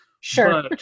sure